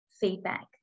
feedback